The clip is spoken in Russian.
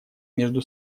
между